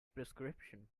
prescription